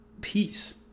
peace